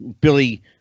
Billy